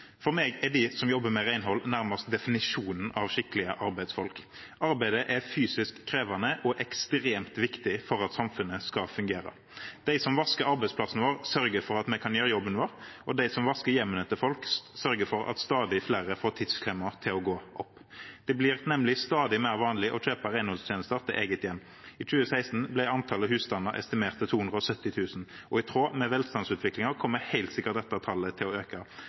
For meg er de som jobber med renhold, nærmest definisjonen av skikkelige arbeidsfolk. Arbeidet er fysisk krevende og ekstremt viktig for at samfunnet skal fungere. De som vasker arbeidsplassen vår, sørger for at vi kan gjøre jobben vår, og de som vasker hjemmene til folk, sørger for at stadig flere får tidsklemma til å gå opp. Det blir nemlig stadig mer vanlig å kjøpe renholdstjenester til eget hjem – i 2016 ble antallet husstander estimert til 270 000. I tråd med velstandsutviklingen kommer helt sikkert dette tallet til å øke.